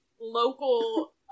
local